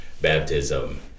baptism